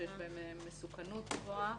שיש בהן מסוכנות גבוהה,